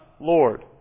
Lord